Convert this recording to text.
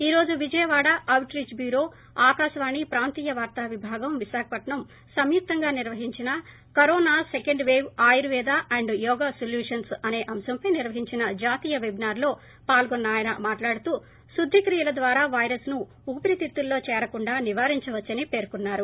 ఈ రోజు Vijayawada outreach bureau Akashvani ప్రాంతీయ వార్త విభాగం విశాఖపట్సం సంయుక్తంగా నిర్వహించిన corona second wave Ayurveda yoga solutions అంశంపై నిర్వహించిన జాతీయ వెబినార్ లో పాల్గొన్న అయన మాట్లాడుతూ శుద్ది క్రియల ద్వారా పైరస్ ను ఊపిరితితుల్లో జేరకుండా నివారించవచ్చని పేర్కొన్నారు